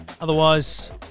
Otherwise